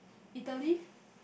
Italy